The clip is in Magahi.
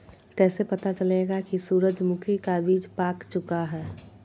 कैसे पता चलेगा की सूरजमुखी का बिज पाक चूका है?